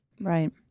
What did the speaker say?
Right